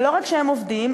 ולא רק שהם עובדים,